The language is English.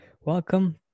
Welcome